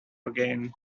again